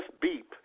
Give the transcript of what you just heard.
Beep